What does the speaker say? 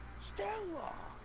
stonewall